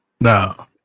No